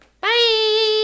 Bye